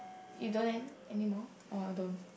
you don't then anymore oh I don't